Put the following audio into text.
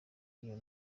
iyo